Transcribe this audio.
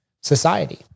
society